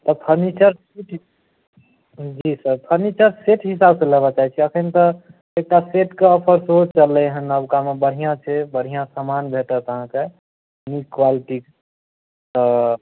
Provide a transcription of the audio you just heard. तऽ फर्नीचर किछु जी सर फर्नीचर सेट हिसाबसँ लेबय चाहैत छियै एखनि तऽ एकटा सेटके ऑफर सेहो चललै हैँ नवकामे बढ़िआँ छै बढ़िआँ सामान भेटत अहाँके नीक क्वालिटीके